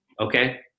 Okay